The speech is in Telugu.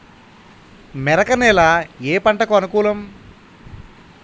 మెరక నేల ఏ పంటకు అనుకూలం?